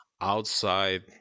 outside